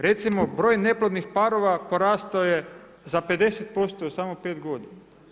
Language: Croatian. Recimo broj neplodnih parova porastao je za 50% u samo 5 godina.